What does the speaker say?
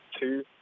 two